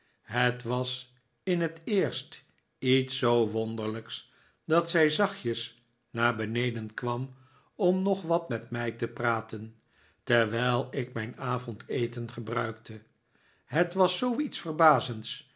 het was in het eerst iets zoo wonderlijks dat zij zachtjes naar beneden kwam om nog wat met mij te praten terwijl ik mijn avondeten gebruikte het was zooiets verbazends